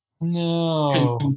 no